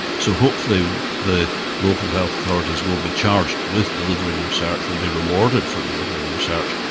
so hopefully the local health authorities will be charged with delivering research, will be rewarded for delivering research,